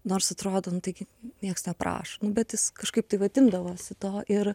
nors atrodo nu taigi nieks neprašo nu bet jis kažkaip tai vat imdavosi to ir